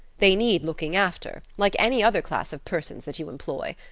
they need looking after, like any other class of persons that you employ.